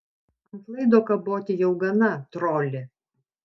ant laido kaboti jau gana troli